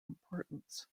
importance